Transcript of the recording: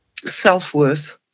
self-worth